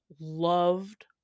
loved